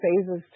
phases